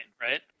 right